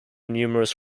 numerous